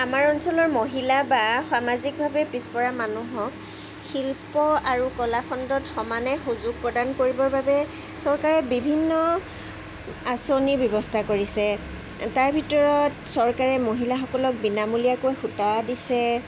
আমাৰ অঞ্চলৰ মহিলা বা সামাজিকভাৱে পিছপৰা মানুহক শিল্প আৰু কলাখণ্ডত সমানে সুযোগ প্ৰদান কৰিবৰ বাবে চৰকাৰে বিভিন্ন আঁচনিৰ ব্যৱস্থা কৰিছে তাৰ ভিতৰত চৰকাৰে মহিলাসকলক বিনামূলীয়াকৈ সূতা দিছে